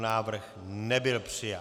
Návrh nebyl přijat.